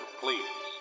please